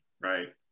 right